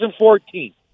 2014